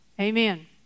Amen